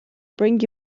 bring